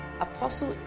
Apostle